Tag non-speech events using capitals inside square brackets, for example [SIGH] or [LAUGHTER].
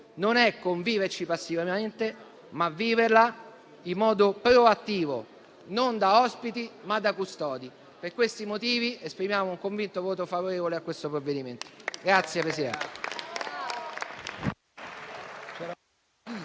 non è conviverci passivamente ma viverla in modo proattivo, non da ospiti ma da custodi. Per questi motivi, esprimiamo un convinto voto favorevole a questo provvedimento. [APPLAUSE]